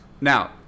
Now